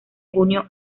junio